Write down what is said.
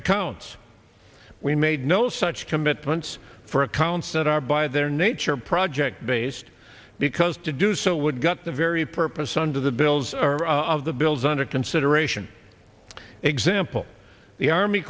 accounts we made no such commitments for accounts that are by their nature project based because to do so would gut the very purpose under the bills our of the bills under consideration example the army